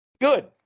good